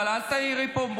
אבל אל תעירי פה,